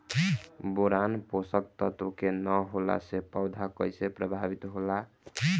Boron पोषक तत्व के न होला से पौधा कईसे प्रभावित होला?